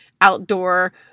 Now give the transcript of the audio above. outdoor